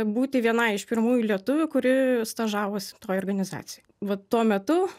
būti vienai iš pirmųjų lietuvių kuri stažavosi toj organizacijoj vat tuo metu